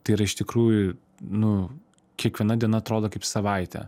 tai yra iš tikrųjų nu kiekviena diena atrodo kaip savaitė